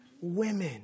women